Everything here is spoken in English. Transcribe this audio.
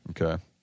Okay